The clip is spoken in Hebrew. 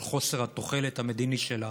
על חוסר התוחלת המדיני שלה,